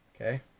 Okay